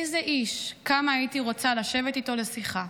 איזה איש, כמה הייתי רוצה לשבת איתו לשיחה,